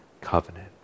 covenant